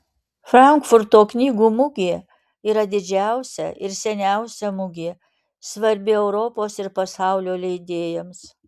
frankfurto knygų mugė yra didžiausia ir seniausia mugė svarbi europos ir pasaulio leidėjams